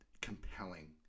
compelling